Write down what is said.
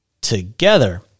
Together